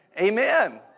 Amen